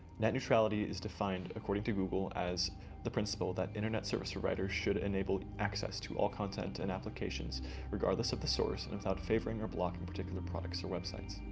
net neutrality is defined according to google as the principle that internet service providers should enable access to all content and applications regardless of the source, and without favoring or blocking particular products or websites.